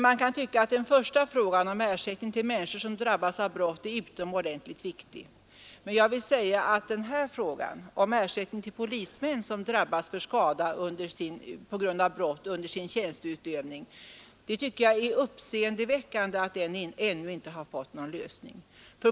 Man kan tycka att den första frågan om ersättning till människor som drabbas av brott är utomordentligt viktig, men att man inte löst frågan om ersättning till polismän, som under sin tjänsteutövning drabbas av skada på grund av brott, är uppseendeväckande.